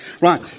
Right